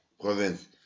province